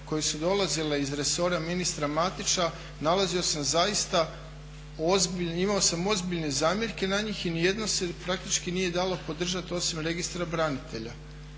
koje su dolazile iz resora ministra Matića nalazio sam zaista, imao sam ozbiljne zamjerke na njih i ni jedna se praktički nije dala podržati osim registra branitelja.